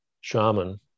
shaman